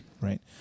right